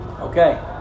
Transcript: Okay